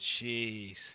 Jeez